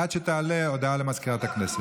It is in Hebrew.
עד שתעלה, הודעה לסגנית מזכיר הכנסת.